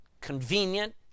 convenient